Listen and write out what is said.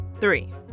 Three